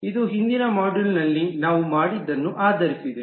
ಇದು ಹಿಂದಿನ ಮಾಡ್ಯೂಲ್ನಲ್ಲಿ ನಾವು ಮಾಡಿದ್ದನ್ನು ಆಧರಿಸಿದೆ